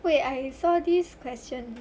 wait I saw this question